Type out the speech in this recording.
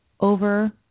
over